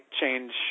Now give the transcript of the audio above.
change